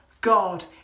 God